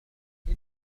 إنه